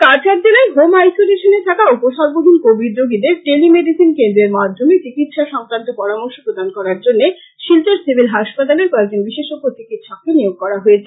কাছাড জেলায় হোম আইসোলেশনে থাকা উপসগ্হীন কোবিড রোগীদের টেলি মেডিসিন কেন্দ্রের মাধ্যমে চিকিৎসা সংক্রান্ত পরামর্শ প্রদান করার জন্য শিলচর সিভিল হাসপাতালের কয়েকজন বিশেষজ্ঞ চিকিৎসককে নিয়োগ করা হয়েছে